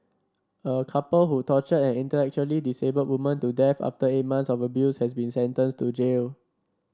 a couple who tortured an intellectually disabled woman to death after eight months of abuse has been sentenced to jail